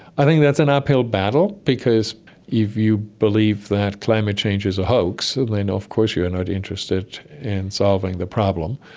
i think that's an uphill battle because if you believe that climate change is a hoax, then of course you are not interested in solving the problem.